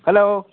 hello